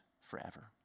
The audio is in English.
forever